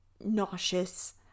nauseous